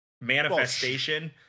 manifestation